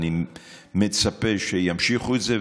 ואני מצפה שימשיכו את זה,